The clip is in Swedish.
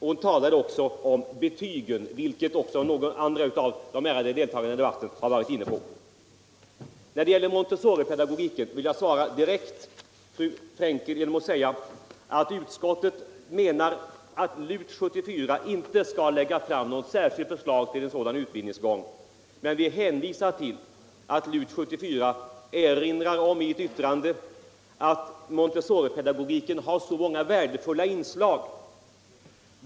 Hon talade också om betygen, vilket även några andra av de ärade deltagarna i debatten har varit inne på. När det gäller montessoripedagogiken vill jag svara fru Frenkel direkt genom att säga att utskottet menar att LUT 74 inte skall lägga fram något särskilt förslag till en sådan utbildningsgång, men utskottet hänvisar till att LUT 74 i ett yttrande erinrar om att montessoripedagogiken har många värdefulla inslag.